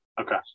Okay